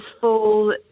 full